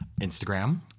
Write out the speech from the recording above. Instagram